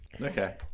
Okay